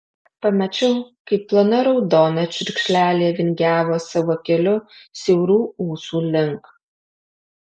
pamačiau kaip plona raudona čiurkšlelė vingiavo savo keliu siaurų ūsų link